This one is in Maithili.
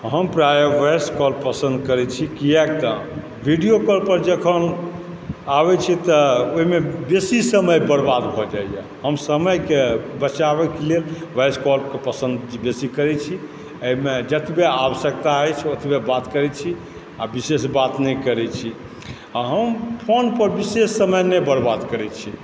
हम प्रायः वॉइस कॉल पसन्द करैत छी कियाक तऽ वीडियो कॉलपर जखन आबै छी तऽ ओहिमे बेसी समय बर्बाद भऽ जाइए हमसब समयकेँ बचाबयके लेल वॉइस कॉलकेँ पसन्द बेसी करैत छी एहिमे जतबे आवश्यकता अछि ओतबे बात करैत छी आओर विशेष बात नहि करैत छी आओर हम फोनपर विशेष समय नहि बर्बाद करै छी